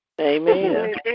Amen